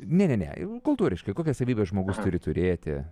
ne ne ne kultūriškai kokias savybes žmogus turi turėti